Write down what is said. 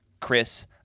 chris